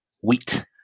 wheat